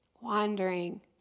wandering